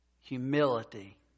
humility